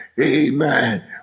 Amen